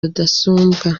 rudasumbwa